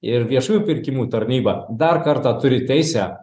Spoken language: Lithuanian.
ir viešųjų pirkimų tarnyba dar kartą turi teisę